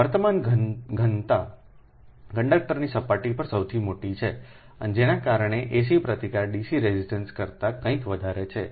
વર્તમાન ઘનતા કંડક્ટરની સપાટી પર સૌથી મોટી છે જેના કારણે એસી પ્રતિકાર ડીસી રેઝિસ્ટન્સ કરતા કંઈક વધારે છે